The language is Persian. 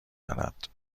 دارد